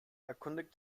erkundigt